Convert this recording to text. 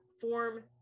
form